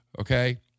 Okay